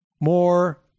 more